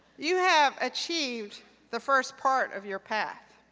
you have achieved the first part of your path.